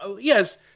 Yes